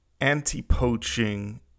anti-poaching